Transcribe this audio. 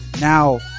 now